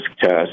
test